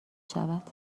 شود